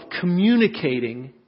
communicating